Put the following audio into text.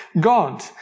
God